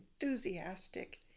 enthusiastic